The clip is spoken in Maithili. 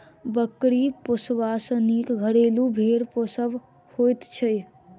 बकरी पोसबा सॅ नीक घरेलू भेंड़ पोसब होइत छै